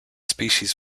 species